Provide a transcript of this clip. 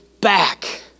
back